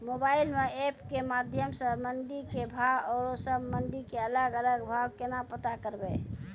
Mobile म app के माध्यम सऽ मंडी के भाव औरो सब मंडी के अलग अलग भाव केना पता करबै?